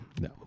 No